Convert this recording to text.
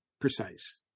precise